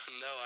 no